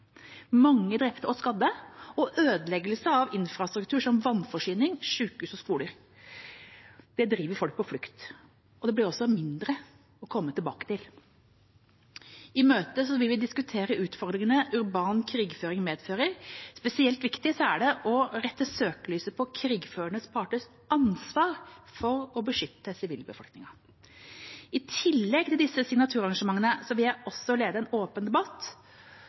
Mange drepte og skadde og ødeleggelser av infrastruktur som vannforsyning, sykehus og skoler, driver folk på flukt, og det blir mindre å komme tilbake til. I møtet vil vi diskutere utfordringene urban krigføring medfører. Spesielt viktig er det å rette søkelyset på krigførende parters ansvar for å beskytte sivilbefolkningen. I tillegg til disse signaturarrangementene vil jeg også lede en åpen debatt